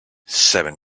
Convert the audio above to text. seven